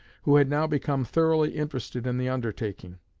who had now become thoroughly interested in the undertaking.